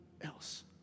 else